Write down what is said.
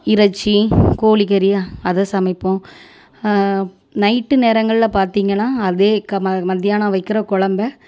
இறைச்சி கோழி கறி அதை சமைப்போம் நைட்டு நேரங்களில் பார்த்தீங்கன்னா அதே க ம மத்தியானம் வைக்கிற கொழம்பை